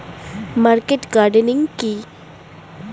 Market gardening কি?